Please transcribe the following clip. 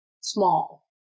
small